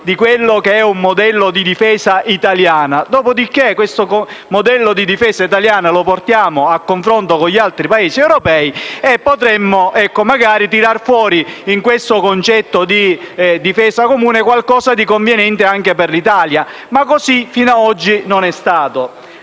di quello che è un modello di difesa italiano, dopodiché questo modello di difesa italiano lo portiamo a confronto con gli altri Paesi europei e potremmo magari tirar fuori da questo concetto di difesa comune qualcosa di conveniente anche per l'Italia. Ma così fino ad oggi non è stato.